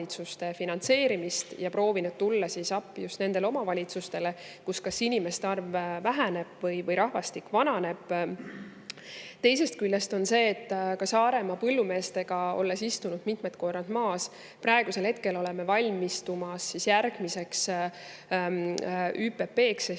omavalitsuste finantseerimist ja proovinud tulla appi just nendele omavalitsustele, kus kas inimeste arv väheneb või rahvastik vananeb. Teisest küljest on see, et Saaremaa põllumeestega olen istunud mitmed korrad maas, praegusel hetkel oleme valmistumas järgmiseks ÜPP-ks